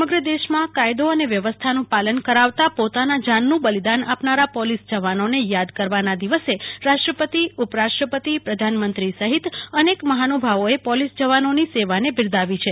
સમગ્ર દેશમાં કાયદો અને વ્યવસ્થાનું પાલન કરાવતાં પોતાના જાનનું બલિદાન આપનારા પોલીસ જવાનોને યાદ કરવાના દિવસે રાષ્ટ્રપતિ ઉપરાષ્ટ્રપતિ પ્રધાનમંત્રી સહિત અનેક મહાનુભાવોએ પોલીસ જવાનોની સેવાને બિરદાવી છે